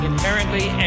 inherently